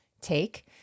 take